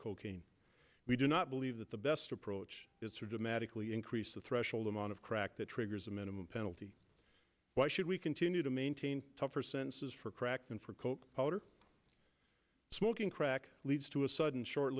cocaine we do not believe that the best approach is to dramatically increase the threshold amount of crack that triggers a minimum penalty why should we continue to maintain tougher sentences for crack and for coke powder smoking crack leads to a sudden short